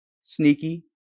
Sneaky